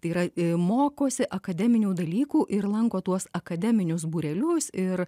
tai yra mokosi akademinių dalykų ir lanko tuos akademinius būrelius ir